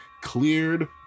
cleared